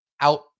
out